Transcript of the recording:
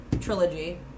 trilogy